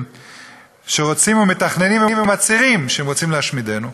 שרוצים ומתכננים ומצהירים שהם רוצים להשמידנו,